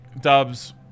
dubs